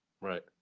Right